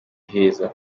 heza